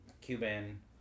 Cuban